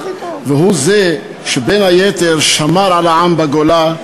והוא זה שבין היתר שמר על העם בגולה.